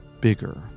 bigger